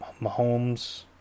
Mahomes